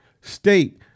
state